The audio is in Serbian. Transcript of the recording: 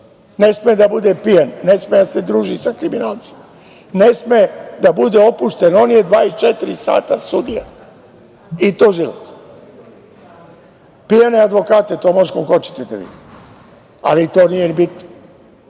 Ne sme da bude pijan, ne sme da se druži sa kriminalcima, ne sme da bude opušten. On je 24 sudija i tužilac. Pijane advokate to možete koliko hoćete da vidite, ali to nije ni